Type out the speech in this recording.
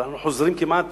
אז אנחנו חוזרים כמעט